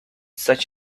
such